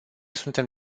suntem